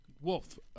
Wolf